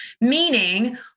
meaning